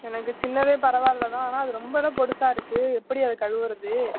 எனக்கு சின்னது பரவா இல்லை தான் ஆனால் அது ரொம்ப தான் பொடிசா இருக்குது எப்படி அதை கழுவுகிறது